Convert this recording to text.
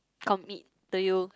commit to you